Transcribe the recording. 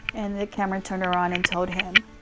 and cameron turned around and told him,